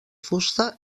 fusta